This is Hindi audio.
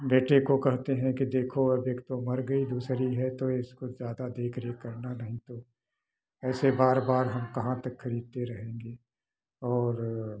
बेटे को कहते हैं कि देखो अब एक तो मर गई दूसरी है तो इसको ज़्यादा देख रेख करना नहीं तो ऐसे बार बार हम कहाँ तक खरीदते रहेंगे और